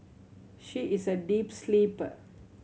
she is a deep sleeper